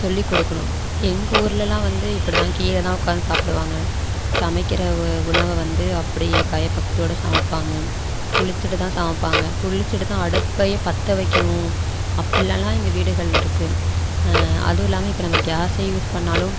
சொல்லிக் கொடுக்கணும் எங்கூர்லெலாம் வந்து இப்படி தான் கீழே தான் உக்கார்ந்து சாப்பிடுவாங்க சமைக்கிற உ உணவை வந்து அப்படி பயப்பக்தியோடு சமைப்பாங்க குளிச்சுட்டுதான் சமைப்பாங்க குளிச்சுட்டு தான் அடுப்பையே பற்ற வைக்கணும் அப்பிடில்லாலாம் எங்கள் வீடுகளில் இருக்குது அதுவும் இல்லாமல் இப்போ நம்ம கேஸை யூஸ் பண்ணிணாலும்